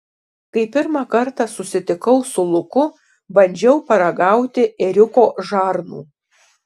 kai pirmą kartą susitikau su luku bandžiau paragauti ėriuko žarnų